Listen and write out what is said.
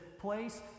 place